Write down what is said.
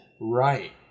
Right